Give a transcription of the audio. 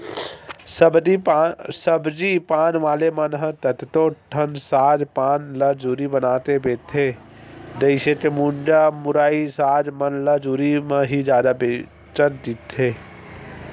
सब्जी पान वाले मन ह कतको ठन साग पान ल जुरी बनाके बेंचथे, जइसे के मुनगा, मुरई, साग मन ल जुरी म ही जादा बेंचत दिखथे